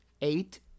Eight